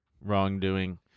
wrongdoing